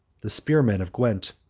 the spearmen of gwent,